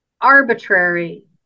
arbitrary